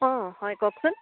অঁ হয় কওকচোন